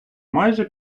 майже